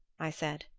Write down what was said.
i said.